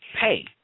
pay